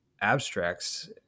Abstracts